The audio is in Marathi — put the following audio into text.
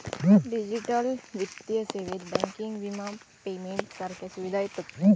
डिजिटल वित्तीय सेवेत बँकिंग, विमा, पेमेंट सारख्या सुविधा येतत